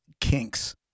kinks